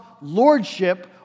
lordship